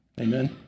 Amen